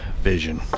vision